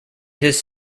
his